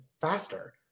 faster